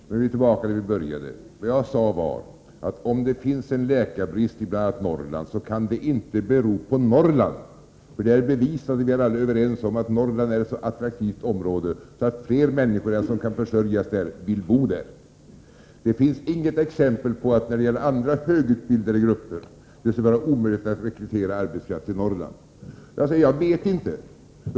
Herr talman! Nu är vi tillbaka där vi började. Vad jag sade var att om det finns en läkarbrist i bl.a. Norrland kan det inte bero på Norrland. Det är bevisat och vi är alla överens om att Norrland är ett så attraktivt område att flera människor än som kan försörjas där vill bo där. Det finns inget exempel när det gäller andra högutbildade grupper på att det skulle vara omöjligt att rekrytera arbetskraft till Norrland.